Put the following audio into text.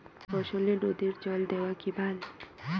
ফসলে নদীর জল দেওয়া কি ভাল?